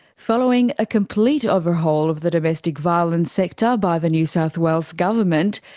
following a complete overhaul of the domestic violence sector by the new south wales government,